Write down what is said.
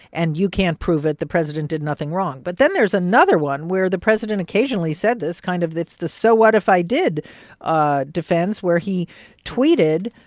and you can't prove it. the president did nothing wrong. but then there's another one, where the president occasionally said this, kind of it's the so what if i did ah defense, where he tweeted,